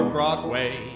Broadway